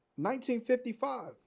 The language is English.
1955